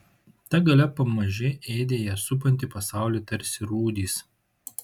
ta galia pamaži ėdė ją supantį pasaulį tarsi rūdys